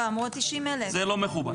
לא, אמרו 9,000. לא.